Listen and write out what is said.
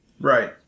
Right